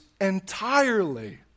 entirely